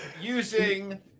using